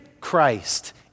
Christ